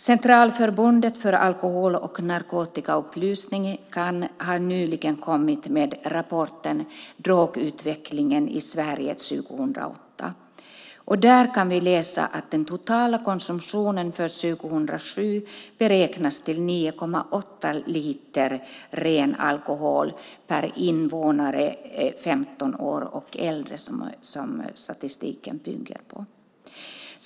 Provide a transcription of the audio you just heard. Centralförbundet för alkohol och narkotikaupplysning, CAN, har nyligen kommit med rapporten Drogutvecklingen i Sverige 2008 . Där kan vi läsa att den totala konsumtionen för 2007 beräknas till 9,8 liter ren alkohol per invånare 15 år och äldre, som statistiken bygger på.